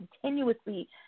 continuously